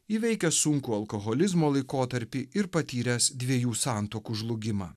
įveikęs sunkų alkoholizmo laikotarpį ir patyręs dviejų santuokų žlugimą